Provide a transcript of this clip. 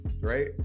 right